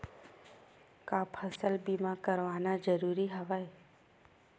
का फसल बीमा करवाना ज़रूरी हवय?